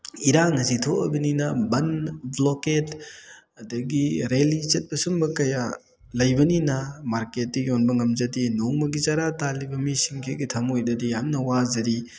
ꯏꯔꯥꯡ ꯑꯁꯤ ꯊꯣꯛꯑꯕꯅꯤꯅ ꯕꯟ ꯕ꯭ꯂꯣꯛꯀꯦꯠ ꯑꯗꯒꯤ ꯔꯦꯂꯤ ꯆꯠꯄ ꯁꯤꯒꯨꯝꯕ ꯀꯌꯥ ꯂꯩꯕꯅꯤꯅ ꯃꯥꯔꯀꯦꯠꯇ ꯌꯣꯟꯕ ꯉꯝꯖꯗꯦ ꯅꯣꯡꯃꯒꯤ ꯆꯥꯔꯥ ꯇꯥꯜꯂꯤꯕ ꯃꯤꯁꯤꯡꯁꯤꯒꯤ ꯊꯝꯃꯣꯏꯗꯗꯤ ꯌꯥꯝꯅ ꯋꯥꯖꯔꯤ